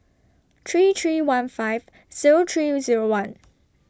three three one five Zero three Zero one